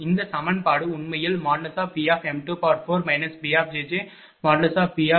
இந்த சமன்பாடு உண்மையில் V4 bVm22c0